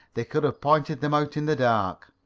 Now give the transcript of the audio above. they could have pointed them out in the dark.